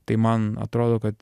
tai man atrodo kad